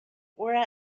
were